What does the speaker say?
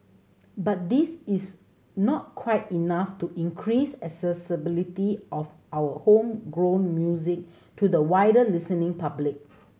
but this is not quite enough to increase accessibility of our homegrown music to the wider listening public